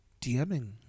DMing